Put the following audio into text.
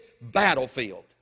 battlefield